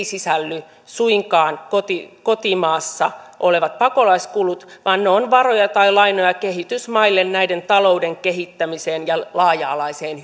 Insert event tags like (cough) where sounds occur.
(unintelligible) sisälly suinkaan kotimaassa olevat pakolaiskulut vaan ne ovat varoja tai lainoja kehitysmaille näiden talouden kehittämiseen ja laaja alaiseen (unintelligible)